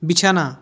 বিছানা